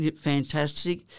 fantastic